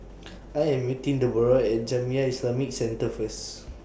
I Am meeting Deborrah At Jamiyah Islamic Centre First